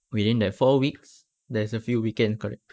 within that four weeks there is a few weekend correct